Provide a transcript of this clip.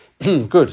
Good